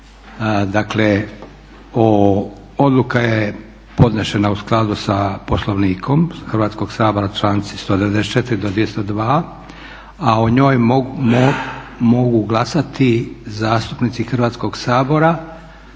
Dakle odluka je podnesena u skladu sa Poslovnikom Hrvatskog sabora, članci 194. do 202., a o njoj mogu glasati zastupnici Hrvatskog sabora